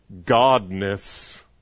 godness